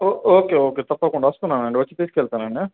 okay okay తప్పకుండా వస్తున్నానండి వచ్చి తీసుకెళ్తానండి